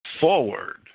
forward